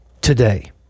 Today